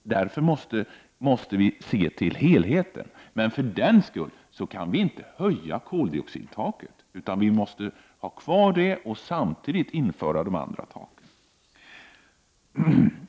Därför måste vi se till helheten, men för den skull kan vi inte höja koldioxidtaket, utan vi måste ha kvar det och samtidigt införa de andra taken.